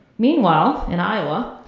meanwhile, in iowa,